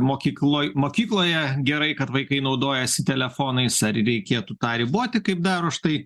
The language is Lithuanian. mokykloj mokykloje gerai kad vaikai naudojasi telefonais ar reikėtų tą riboti kaip daro štai